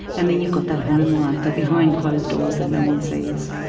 and then you've got that home life, that behind closed doors that no one sees.